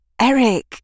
Eric